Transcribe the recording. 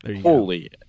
Holy